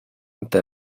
ante